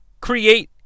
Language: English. create